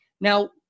Now